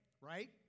right